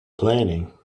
planning